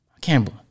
Campbell